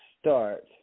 start